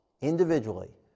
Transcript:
individually